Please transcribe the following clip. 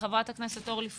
חברת הכנסת אורלי פרומן.